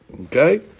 Okay